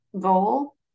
goal